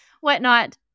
whatnot